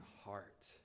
heart